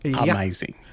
amazing